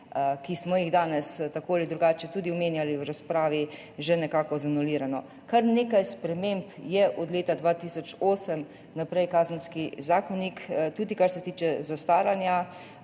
ki smo jih danes tako ali drugače tudi omenjali v razpravi, že nekako anulirano. Kar nekaj sprememb je od leta 2008 naprej Kazenski zakonik, tudi kar se tiče zastaranja,